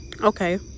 Okay